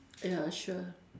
ya sure